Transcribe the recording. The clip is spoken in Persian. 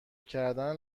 کردن